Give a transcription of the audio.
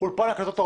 אולפן הקלטות אודיו,